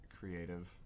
creative